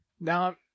now